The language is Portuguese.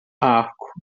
arco